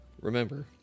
Remember